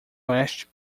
oeste